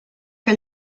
que